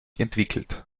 entwickelt